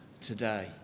today